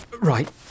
Right